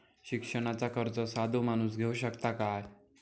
शिक्षणाचा कर्ज साधो माणूस घेऊ शकता काय?